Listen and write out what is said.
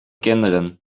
kinderen